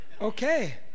okay